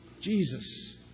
Jesus